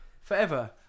forever